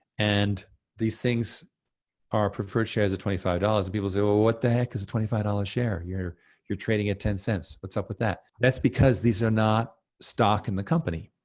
and these things are preferred shares at twenty five dollars, and people say, well what the heck is a twenty five dollars share? you're you're trading at ten cents, what's up with that? that's because these are not stock in the company.